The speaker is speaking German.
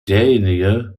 derjenige